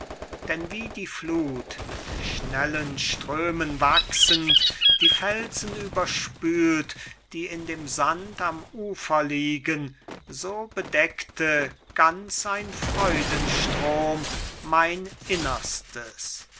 denn wie die fluth mit schnellen strömen wachsend die felsen überspült die in dem sand am ufer liegen so bedeckte ganz ein freudenstrom mein innerstes